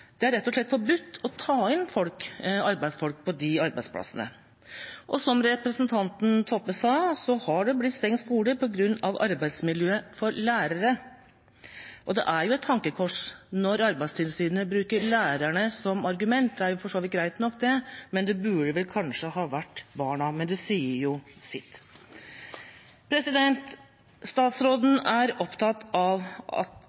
Det er rett og slett forbudt å ta inn arbeidsfolk på slike arbeidsplasser. Som representanten Toppe sa, har skoler blitt stengt på grunn av arbeidsmiljøet for lærerne. Det er et tankekors når Arbeidstilsynet bruker lærerne som argument – det er for så vidt greit nok, men det burde kanskje vært barna. Men det sier sitt. Statsråden er opptatt av den samme saken, at